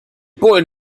bullen